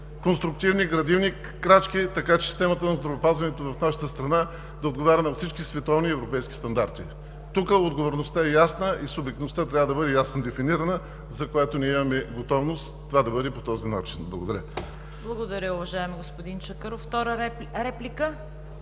конструктивни, градивни крачки, така че системата на здравеопазването в нашата страна да отговаря на всички световни и европейски стандарти. Тук отговорността е ясна и субектността трябва да бъде ясно дефинирана, за която имаме готовност това да бъде по този начин. Благодаря. ПРЕДСЕДАТЕЛ ЦВЕТА КАРАЯНЧЕВА: Благодаря, уважаеми господин Чакъров. Реплика?